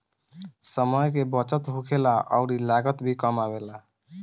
समय के बचत होखेला अउरी लागत भी कम आवेला